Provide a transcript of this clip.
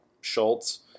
Schultz